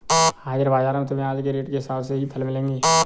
हाजिर बाजार में तुम्हें आज के रेट के हिसाब से ही फल मिलेंगे